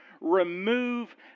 remove